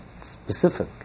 Specific